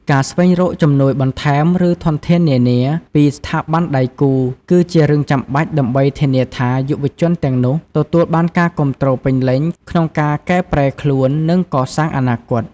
ការស្វែងរក ជំនួយបន្ថែម ឬធនធាននានា ពីស្ថាប័នដៃគូ គឺជារឿងចាំបាច់ដើម្បីធានាថា យុវជនទាំងនោះទទួលបានការគាំទ្រពេញលេញក្នុងការកែប្រែខ្លួន និងកសាងអនាគត។